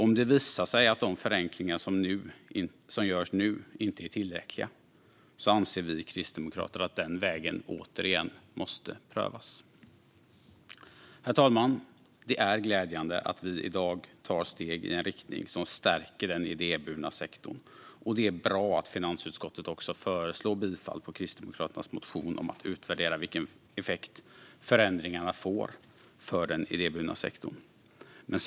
Om det visar sig att de förenklingar som nu görs inte är tillräckliga anser vi kristdemokrater att den vägen återigen måste prövas. Herr talman! Det är glädjande att vi i dag tar steg i en riktning som stärker den idéburna sektorn. Det är bra att finansutskottet också föreslår bifall till Kristdemokraternas motion om att utvärdera vilken effekt förändringarna får för den idéburna sektorn.